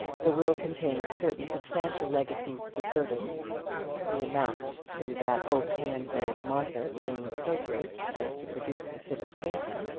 the will contained certain substantial legacies to servants the amount to that old handmaid martha being so great as to produce a fit of fainting,